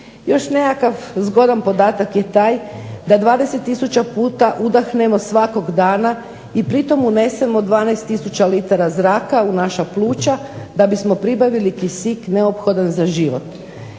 Još nekakav zgodan podatak je taj da 20 tisuća puta udahnemo svakog dana i pri tome unesemo 12 tisuća litara zraka u naša pluća da bismo pribavili kisik neophodan za život.